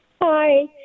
hi